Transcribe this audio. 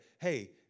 hey